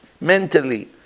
mentally